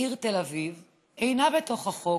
העיר תל אביב אינה בתוך החוק.